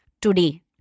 today